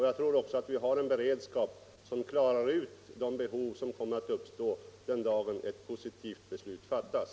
Jag tror också att vi i kommunen har en beredskap som gör det möjligt att tillgodose de behov som kommer att uppstå den dag ett positivt beslut fattas.